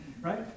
right